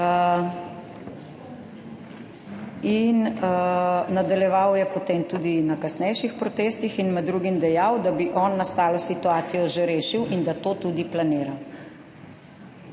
nadaljeval tudi na kasnejših protestih in med drugim dejal, da bi on nastalo situacijo že rešil in da to tudi planira.